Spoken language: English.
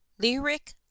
Lyric